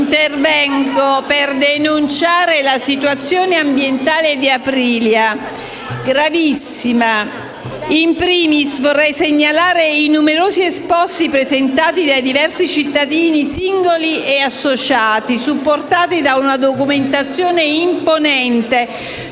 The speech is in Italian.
intervengo per denunciare la gravissima situazione ambientale di Aprilia. *In primis* vorrei segnalare i numerosi esposti presentati da diversi cittadini, singoli e associati, supportati da una documentazione imponente